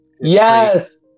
yes